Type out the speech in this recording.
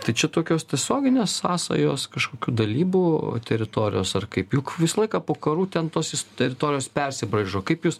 tai čia tokios tiesioginės sąsajos kažkokių dalybų teritorijos ar kaip juk visą laiką po karų ten tos teritorijos persibraižo kaip jūs